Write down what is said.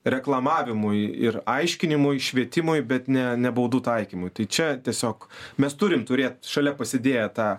reklamavimui ir aiškinimui švietimui bet ne ne baudų taikymui tai čia tiesiog mes turim turėt šalia pasidėję tą